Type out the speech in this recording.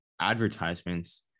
advertisements